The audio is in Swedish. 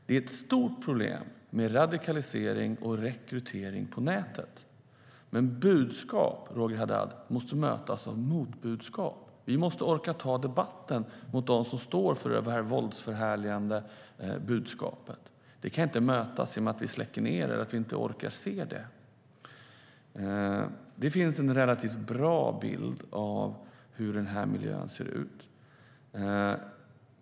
Det är ett stort problem med radikalisering och rekrytering på nätet. Men budskap måste mötas med motbudskap. Vi måste orka ta debatten med dem som står för det våldsförhärligande budskapet. Det kan inte mötas med att vi släcker ned hemsidor eller inte orkar se det. Det finns en relativt god bild av hur den här miljön ser ut.